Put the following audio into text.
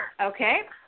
Okay